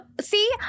See